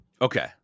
Okay